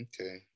okay